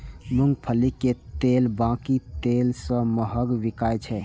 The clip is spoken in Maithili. मूंगफली के तेल बाकी तेल सं महग बिकाय छै